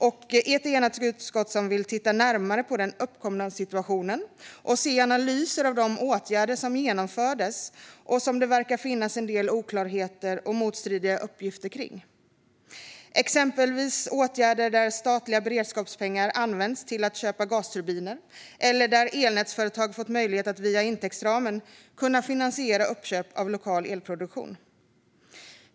Vi är ett enat utskott som vill titta närmare på den uppkomna situationen och se analyser av de åtgärder som genomfördes och som det verkar finnas en del oklarheter och motstridiga uppgifter kring, exempelvis åtgärder där statliga beredskapspengar har använts till att köpa gasturbiner eller där elnätsföretag har fått möjlighet att via intäktsramen kunna finansiera uppköp av lokal elproduktion.